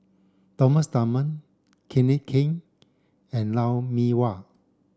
Thomas Dunman Kenneth Keng and Lou Mee Wah